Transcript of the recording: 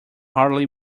hardly